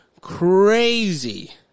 crazy